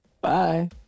bye